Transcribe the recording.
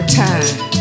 time